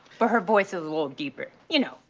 but her voice is a little deeper. you know,